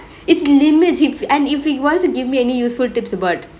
it's limits and if he wants to give me any useful tips about